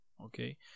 okay